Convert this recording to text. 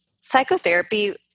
psychotherapy